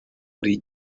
buri